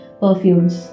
perfumes